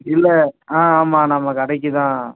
இல்லை ஆ ஆமாம் நம்ம கடைக்கு தான்